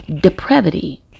depravity